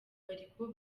bariko